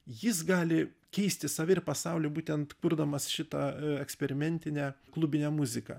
jis gali keisti save ir pasaulį būtent kurdamas šitą eksperimentinę klubinę muziką